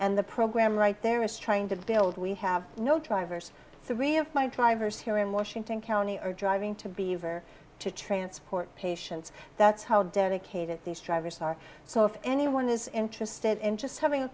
and the program right there is trying to build we have no try vors three of my drivers here in washington county are driving to be over to transport patients that's how dedicated these drivers are so if anyone is interested in just having a